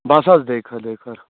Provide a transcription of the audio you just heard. بس حظ دعۄیہِ خٲر دعۄیہِ خٲر